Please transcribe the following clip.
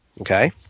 Okay